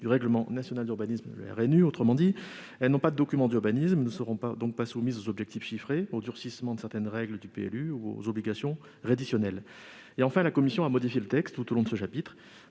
du règlement national d'urbanisme (RNU) : elles n'ont pas de document d'urbanisme et ne seront donc pas soumises aux objectifs chiffrés, au durcissement de certaines règles du PLU, aux obligations rédactionnelles. Enfin, la commission a modifié le texte tout au long de ce chapitre